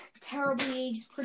terribly